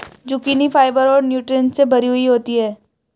zucchini fibre और nutritions से भरी हुई होती है